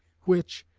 which,